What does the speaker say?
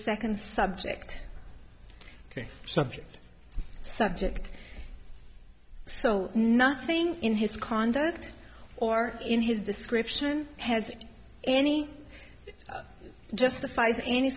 second subject ok subject subject so nothing in his conduct or in his description has any justifies any